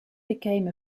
became